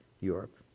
Europe